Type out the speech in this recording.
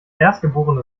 erstgeborene